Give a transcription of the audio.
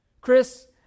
Chris